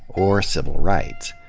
or civil rights.